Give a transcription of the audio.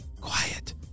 quiet